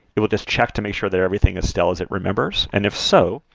it will just check to make sure that everything is still as it remembers. and if so,